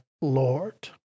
Lord